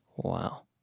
Wow